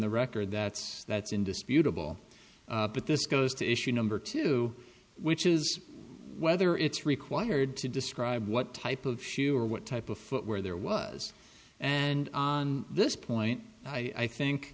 the record that's that's indisputable but this goes to issue number two which is whether it's required to describe what type of shoe or what type of footwear there was and on this point i think